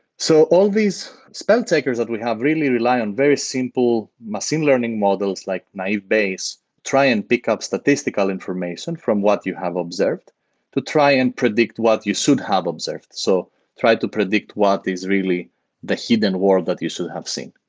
so all these spell takers that we have really rely on very simple machine learning models like naive bayes try and pick up statistical information from what you have observed to try and predict what you should have observed. so try to predict what is really the hidden world that you should have seen.